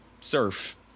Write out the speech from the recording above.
surf